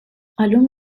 allume